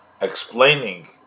explaining